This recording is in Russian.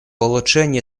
улучшении